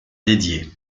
dédié